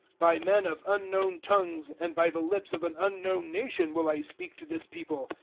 by men of unknown tongues and by the lips of an unknown nation will i speak to this people,